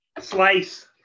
slice